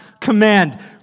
command